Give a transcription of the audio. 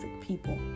people